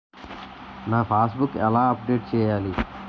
నా passbook ఎలా update చేయాలి?